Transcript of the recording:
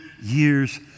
years